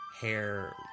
Hair